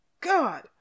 god